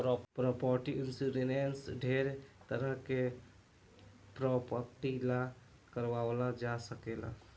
property insurance ढेरे तरह के प्रॉपर्टी ला कारवाल जा सकेला